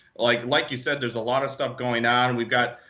like like you said, there's a lot of stuff going on. and we've got